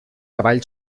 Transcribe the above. avall